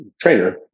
trainer